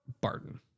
Barton